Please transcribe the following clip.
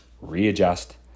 readjust